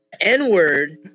N-word